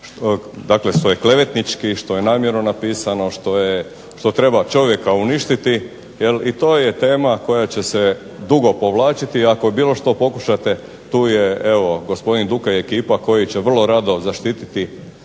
što je klevetnički, što je namjerno napisano, što treba čovjeka uništiti i to je tema koja će se dugo povlačiti. I ako bilo što pokušate tu je evo gospodin Duka i ekipa koji će vrlo rado zaštititi